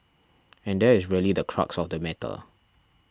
and that is really the crux of the matter